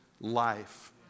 life